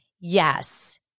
yes